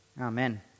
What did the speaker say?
Amen